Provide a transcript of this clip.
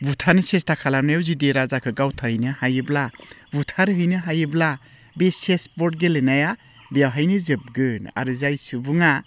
बुथारनो सेस्था खालामनायाव जुदि राजाखौ गावथारहैनो हायोब्ला बुथारहैनो हायोब्ला बे चेस बर्ड गेलेनाया बेवहायनो जोबगोन आरो जाय सुबुङा